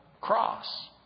cross